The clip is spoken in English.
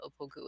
Opoku